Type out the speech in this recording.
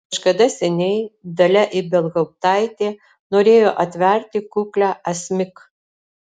kažkada seniai dalia ibelhauptaitė norėjo atverti kuklią asmik